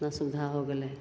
एतना सुविधा हो गेलै